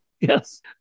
Yes